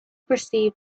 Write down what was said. perceived